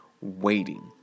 waiting